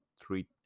three